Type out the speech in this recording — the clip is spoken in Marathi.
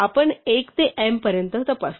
आपण एक ते m पर्यंत तपासतो